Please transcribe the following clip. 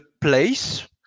place